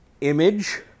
image